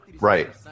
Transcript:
Right